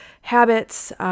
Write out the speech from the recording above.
habits